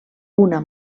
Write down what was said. una